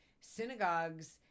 synagogues